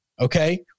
okay